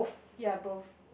ya both